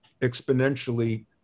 exponentially